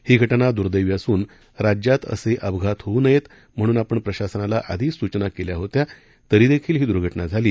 ही घटना दुर्दैवी असून राज्यात असे अपघात होऊ नयेत म्हणून आपण प्रशासनाला आधीच सूचना केल्या होत्या तरीदेखील ही दुर्घटना झाली